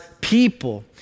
people